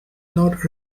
not